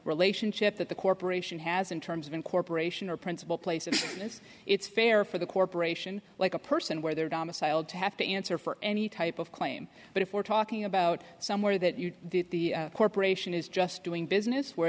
relationship that the corporation has in terms of incorporation or principal place of this it's fair for the corporation like a person where they're domiciled to have to answer for any type of claim but if we're talking about somewhere that you the corporation is just doing business where